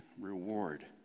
reward